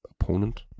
opponent